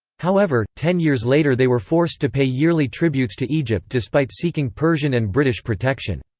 however, ten years later they were forced to pay yearly tributes to egypt despite seeking persian and british protection.